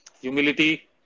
Humility